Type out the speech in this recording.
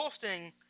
posting